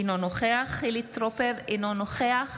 אינו נוכח חילי טרופר, אינו נוכח